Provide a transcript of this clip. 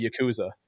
Yakuza